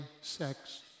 sex